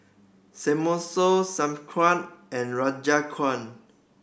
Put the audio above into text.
Samosa Sauerkraut and Rogan